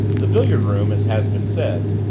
the billiard room, as has been said,